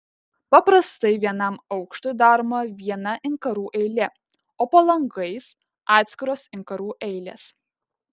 paprastai vienam aukštui daroma viena inkarų eilė o po langais atskiros inkarų eilės